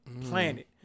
planet